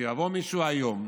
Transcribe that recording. שיבוא מישהו היום,